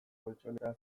koltxoneta